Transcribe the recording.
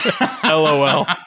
LOL